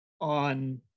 on